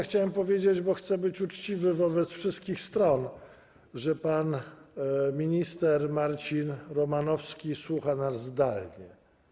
Chciałem powiedzieć, bo chcę być uczciwy wobec wszystkich stron, że pan minister Marcin Romanowski słucha nas zdalnie.